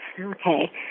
Okay